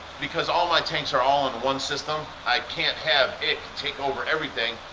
because all my tanks are all on one system, i can't have ich take over everything,